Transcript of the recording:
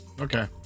Okay